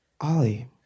Ollie